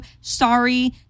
Sorry